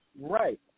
Right